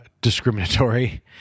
discriminatory